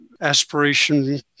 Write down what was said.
aspiration